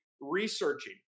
researching